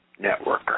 networker